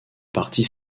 partie